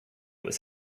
was